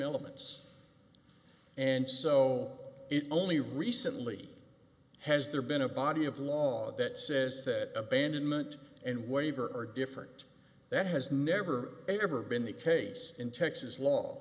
elements and so it only recently has there been a body of law that says that abandonment and waiver are different that has never ever been the case in texas law